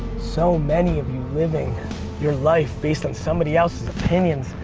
so many of you living your life based on somebody else's opinions.